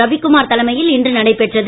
ரவிகுமார் தலைமையில் இன்று நடைபெற்றது